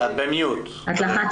המחלה פוגעת